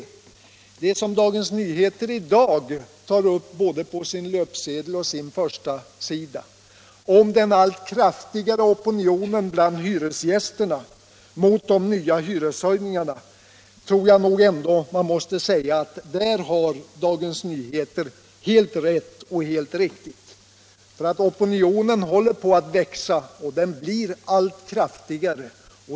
Men det som Dagens Nyheter tar upp i dag både på löpsedeln och på första sidan om den allt kraftigare opinionen bland hyresgästerna mot de nya hyreshöjning arna är enligt min mening helt riktigt. Opinionen mot hyreshöjningarna växer och blir allt kraftigare.